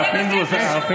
אחמד, אתה, זה נושא חשוב.